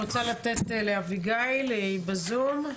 אביגיל נמצאת בזום.